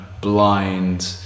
blind